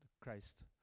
Christ